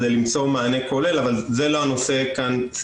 אני חושב שיש כאן איזה שיח שמנסה להציג כאן שיש איזה מהלך נגד הסייעות.